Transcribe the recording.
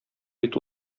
бит